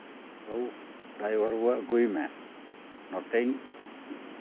ᱵᱟᱹᱵᱩ ᱰᱨᱟᱭᱵᱷᱟᱨ ᱵᱟᱹᱵᱩ ᱟᱹᱜᱩᱭ ᱢᱮ ᱱᱚᱛᱮᱧ